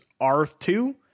R2